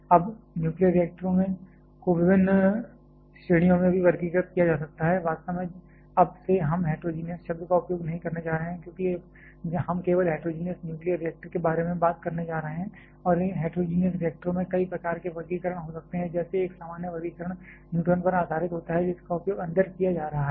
अब न्यूक्लियर रिएक्टरों को विभिन्न श्रेणियों में भी वर्गीकृत किया जा सकता है वास्तव में अब से हम हेट्रोजीनियस शब्द का उपयोग नहीं करने जा रहे हैं क्योंकि हम केवल हेट्रोजीनियस न्यूक्लियर रिएक्टर के बारे में बात करने जा रहे हैं और हेट्रोजीनियस रिएक्टरों में कई प्रकार के वर्गीकरण हो सकते हैं जैसे एक सामान्य वर्गीकरण न्यूट्रॉन पर आधारित होता है जिसका उपयोग अंदर किया जा रहा है